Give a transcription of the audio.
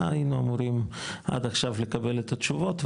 היינו אמורים עד עכשיו לקבל את התשובות,